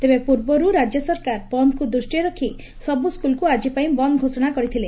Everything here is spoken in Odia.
ତେବେ ପୂର୍ବରୁ ରାଜ୍ୟ ସରକାର ବନ୍ଦ୍କୁ ଦୂଷ୍ଟିରେ ରଖ ସବୁ ସ୍କୁଲ୍କୁ ଆଜି ପାଇଁ ବନ୍ଦ ଘୋଷଣା କରିଥିଲେ